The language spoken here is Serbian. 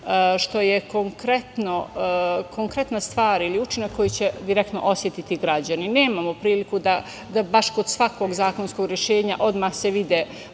što je konkretna stvar ili učinak koji će direktno osetiti građani. Nemamo priliku da baš kod svakog zakonskog rešenja budu